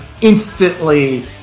instantly